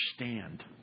understand